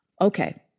okay